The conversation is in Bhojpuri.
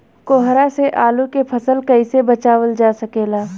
कोहरा से आलू के फसल कईसे बचावल जा सकेला?